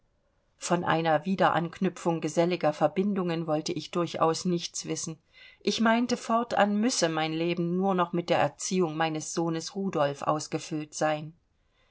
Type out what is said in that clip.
von einer wiederanknüpfung geselliger verbindungen wollte ich durchaus nichts wissen ich meinte fortan müsse mein leben nur noch mit der erziehung meines sohnes rudolf ausgefüllt sein